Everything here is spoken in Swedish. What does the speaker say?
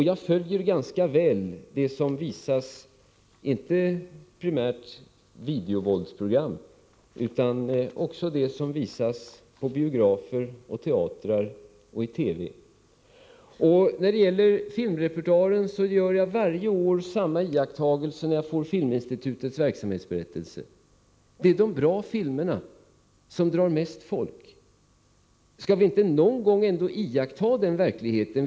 Jag följer rätt väl det som visas — dock inte primärt videovåldsprogram — på biografer och teatrar samt i TV. När det gäller filmrepertoaren gör jag varje år samma iakttagelse när jag får filminstitutets verksamhetsberättelse: de goda filmerna drar mest folk. Skall vi inte någon gång iaktta den verkligheten.